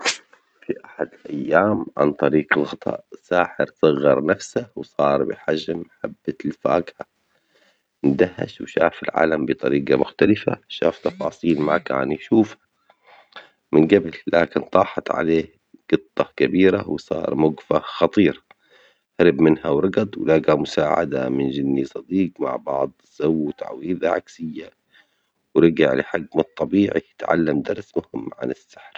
في أحد الأيام عن طريق الخطأ ساحر صغر نفسه وصار بحجم حبة الفاكهة، اندهش و شاف العالم بطريجة مختلفة و شاف تفاصيل ما كان يشوفها من جبل، لكن طاحت عليه جطة كبيرة وصار موقفه خطير هرب منها ورجض ولاجى مساعدة من جني صغير مع بعض سووا تعويذة عكسية ورجع لحجمه الطبيعي، تعلم درس مهم عن السحر.